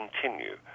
continue